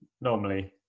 normally